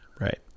Right